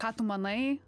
ką tu manai